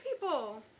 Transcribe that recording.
people